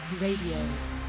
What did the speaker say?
Radio